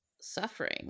suffering